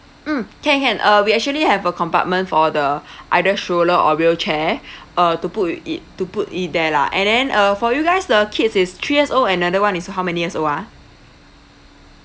mm can can uh we actually have a compartment for the either stroller or wheelchair uh to put with it to put it there lah and then uh for you guys the kids is three years old and another [one] is how many years old ah